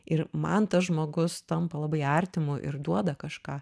ir man tas žmogus tampa labai artimu ir duoda kažką